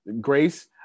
Grace